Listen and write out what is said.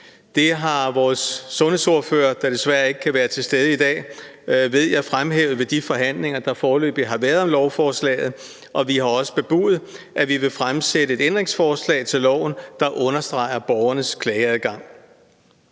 ved, at vores sundhedsordfører, der desværre ikke kan være til stede i dag, har fremhævet det i de forhandlinger, der foreløbig har været om lovforslaget, og vi har også bebudet, at vi vil fremsætte et ændringsforslag til loven, der understreger borgernes klageadgang.